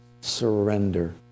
surrender